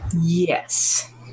yes